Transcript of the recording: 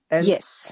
Yes